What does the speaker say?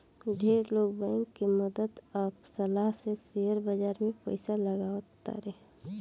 ढेर लोग बैंक के मदद आ सलाह से शेयर बाजार में पइसा लगावे तारे